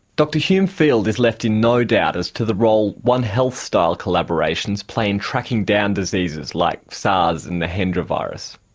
dr hume field is left in no doubt as to the role one health style collaborations play in tracking down diseases like sars and the hendra virus.